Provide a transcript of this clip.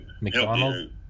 McDonald